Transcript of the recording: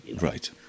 Right